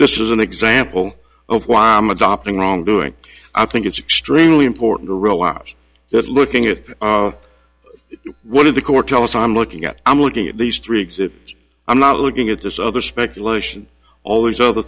this is an example of why i am adopting wrongdoing i think it's extremely important to realize that looking at one of the core tellus i'm looking at i'm looking at least three exit i'm not looking at this other speculation all these other